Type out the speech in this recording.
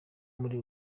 muri